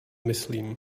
myslím